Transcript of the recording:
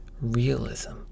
realism